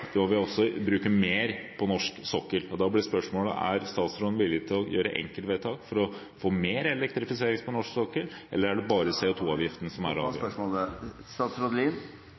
må vi bruke mer på norsk sokkel. Da blir spørsmålet: Er statsråden villig til å gjøre enkeltvedtak for å få mer elektrifisering på norsk sokkel, eller er det bare CO2-avgiften som er